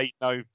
no